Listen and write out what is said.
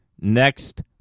next